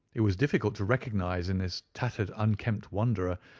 it was difficult to recognize in this tattered, unkempt wanderer,